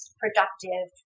productive